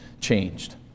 changed